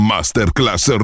Masterclass